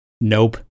nope